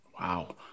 Wow